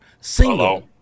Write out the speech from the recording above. Single